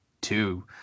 two